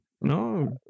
No